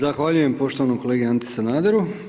Zahvaljujem poštovanom kolegi Anti Sanaderu.